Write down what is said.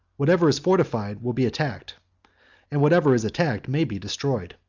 whatever is fortified will be attacked and whatever is attacked may be destroyed.